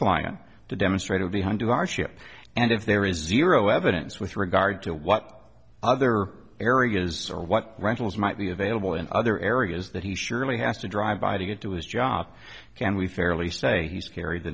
client to demonstrate a behind our ship and if there is zero evidence with regard to what other areas are what rentals might be available in other areas that he surely has to drive by to get to his job can we fairly say he's carried the